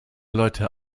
leute